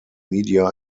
media